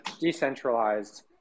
decentralized